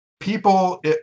People